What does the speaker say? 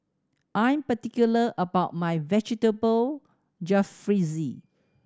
I'm particular about my Vegetable Jalfrezi